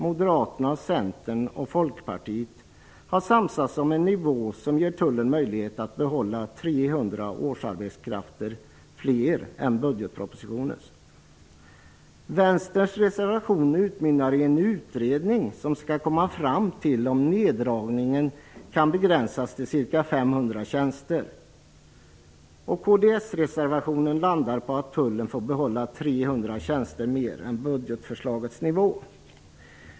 Moderaterna, Centern och Folkpartiet har samsats om en nivå som ger tullen möjlighet att behålla ca 300 årsarbetskrafter fler än med nivån i budgetpropositionen. Vänsterns reservation utmynnar i att en utredning skall komma fram till att neddragningen begränsas till ca 500 tjänster. Kds-reservationen landar på att tullen får behålla 300 tjänster mer än budgetsförslagets nivå.